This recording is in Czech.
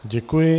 Děkuji.